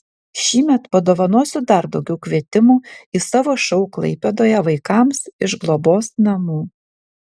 šįmet padovanosiu dar daugiau kvietimų į savo šou klaipėdoje vaikams iš globos namų